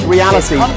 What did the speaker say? Reality